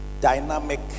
dynamic